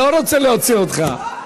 אני לא רוצה להוציא אותך.